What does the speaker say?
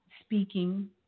speaking